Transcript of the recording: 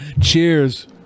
Cheers